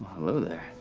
hello there.